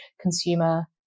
consumer